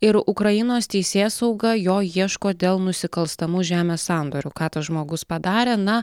ir ukrainos teisėsauga jo ieško dėl nusikalstamų žemės sandorių ką tas žmogus padarė na